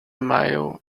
mile